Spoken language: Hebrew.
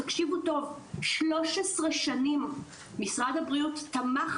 תקשיבו טוב: 13 שנים משרד הבריאות תמך